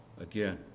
again